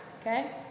okay